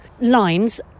lines